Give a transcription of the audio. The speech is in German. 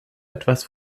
etwas